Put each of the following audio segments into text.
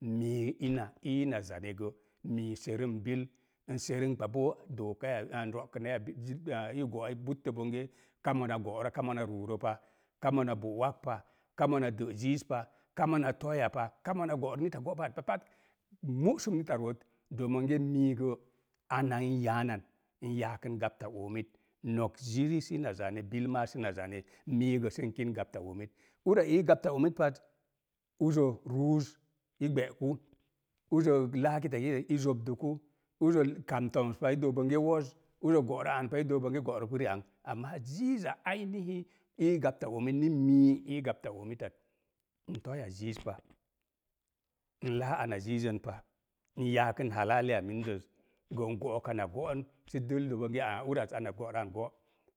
Mii ina ii na zane gə, mii serəm bil, n serem boo, dookai, ro'oknai a i go'i buttə bonge ka mona go'rə ka mona ruurə pa, ka mona bo'wak pa, ka mona də’ ziiz pa, ka mona pa, ka mona go'ra nita go'pat pa pat. Mu'sum nita root, doom monge mii go, ana n yaanan, n yaakən gapta oomit, not ziri sii na zane, bil maa səna zane. mii gə sən kin gapta oomit. ura ii gapta oomit paz, uzə, ruuz, igbe'ku, uzə laa kitakiizazi zobduku, uzə kam toms pa i dook bonge woz. uzə go'rə an pa i dook bonge go'rə pu ri'an. Amaa ziiza ii gapta oomit ni mii ii gapta oomit faz, n ziizpa, na laa ana ziizən pa, n yaakən mindəz, go n go'ok ina go'on sə dəl doo bonge aa ana go'rə an go'.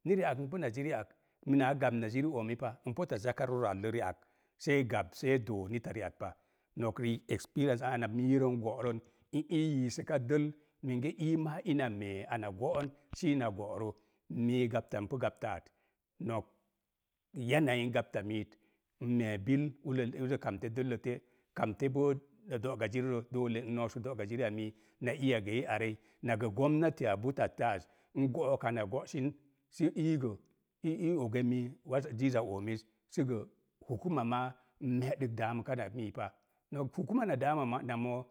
Ni ri'ak npu na ziri ak, minaa gab na jiri oomi paa, zaka rora allə ri'ak see gab see doo nita ri'ang at pa. Nok riik ana miirə n go'rən, ni yiisəka dəl, minge ii maa ina mee ana go'on siina go'orə. mii gapta npu gapta at, nok gapta miit, n mee bill wel uzə kamte, kamte boo na do'ga jirirə, doole n noosək do'ga jiri a min na iya gə i arei, na gə gomnati a botattə az, n go'ok gorsin, sə ii gə sə i oge mii waza ziiza oomiz səgə meeɗək na mii pa